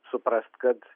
suprast kad